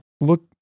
Look